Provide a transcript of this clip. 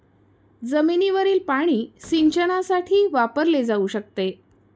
जमिनीवरील पाणी सिंचनासाठी वापरले जाऊ शकते